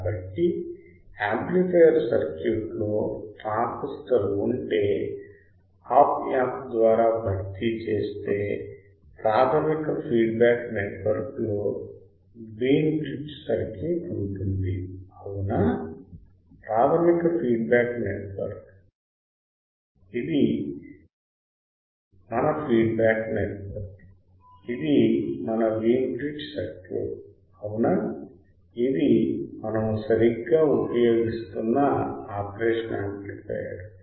కాబట్టి amplifier circuit లో transistor ఉంటే ఆప్ యాంప్ ద్వారా భర్తీ చేస్తే ప్రాథమిక ఫీడ్బ్యాక్ నెట్వర్క్ లో వీన్ బ్రిడ్జ్ సర్క్యూట్ ఉంటుంది అవునా ప్రాథమిక ఫీడ్బ్యాక్ నెట్వర్క్ ఇది మన ఫీడ్బ్యాక్ నెట్వర్క్ ఇది మన వీన్ బ్రిడ్జ్ సర్క్యూట్ అవునా ఇది మనము సరిగ్గా ఉపయోగిస్తున్న ఆపరేషన్ యాంప్లిఫయర్